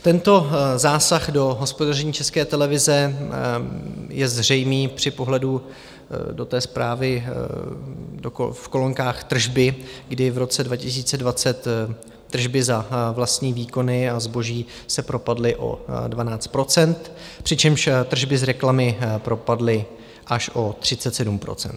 Tento zásah do hospodaření České televize je zřejmý při pohledu do té zprávy v kolonkách Tržby, kdy v roce 2020 tržby za vlastní výkony a zboží se propadly o 12 %, přičemž tržby z reklamy propadly až o 37 %.